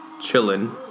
chilling